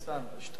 כשאתה אומר 50,000,